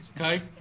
okay